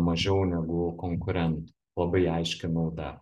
mažiau negu konkurentų labai aiški nauda